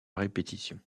répétition